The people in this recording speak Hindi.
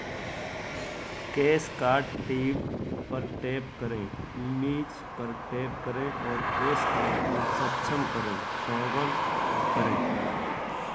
कैश कार्ड टैब पर टैप करें, इमेज पर टैप करें और कैश कार्ड को सक्षम करें टॉगल करें